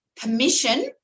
permission